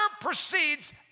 proceeds